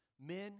Men